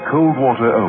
Coldwater